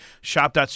shop